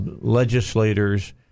legislators